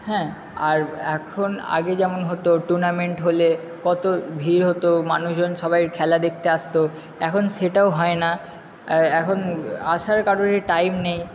হ্যাঁ আর এখন আগে যেমন হতো টুর্নামেন্ট হলে কতো ভিড় হতো মানুষজন সবাই খেলা দেখতে আসতো এখন সেটাও হয় না এখন আসার কারোরই টাইম নেই